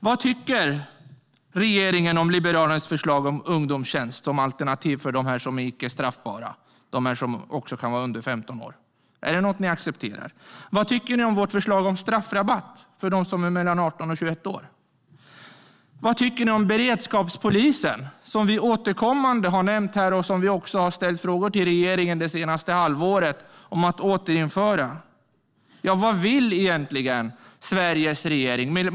Vad tycker regeringen om Liberalernas förslag om ungdomstjänst som alternativ för dem som kan vara under 15 år och är icke straffbara? Är det något som ni accepterar? Vad tycker ni om vårt förslag om straffrabatt för dem som är 18-21 år? Vad tycker ni om beredskapspolisen, som vi återkommande har nämnt här och som vi det senaste halvåret också har ställt frågor till regeringen om att återinföra? Vad vill egentligen Sveriges regering?